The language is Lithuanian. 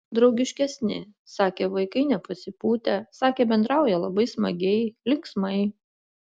draugiškesni sakė vaikai nepasipūtę sakė bendrauja labai smagiai linksmai